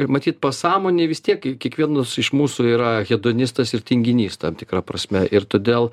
matyt pasąmonėj vis tiek kiekvienas iš mūsų yra hedonistas ir tinginys tam tikra prasme ir todėl